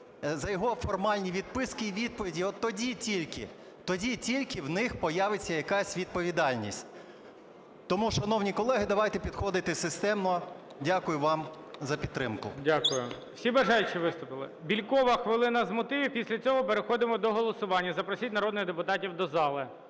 за його формальні відписки і відповіді. От тоді тільки, тоді тільки у них появиться якась відповідальність. Тому, шановні колеги, давайте підходити системно. Дякую вам за підтримку. ГОЛОВУЮЧИЙ. Дякую. Всі бажаючі виступили? Бєлькова - хвилина з мотивів. Після цього переходимо до голосування. Запросіть народних депутатів до зали.